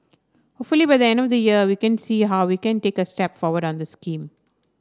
hopefully by the end of the year we can see how we can take a step forward on the scheme